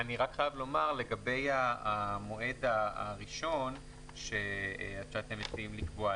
אני רק חייב לומר לגבי המועד הראשון שאתם מציעים לקבוע,